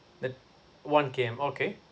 uh one K_M okay